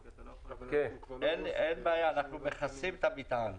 אין בעיה, אנחנו מכסים את המטען.